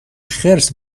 خرس